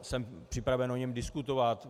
Jsem připraven o něm diskutovat.